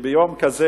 שביום כזה,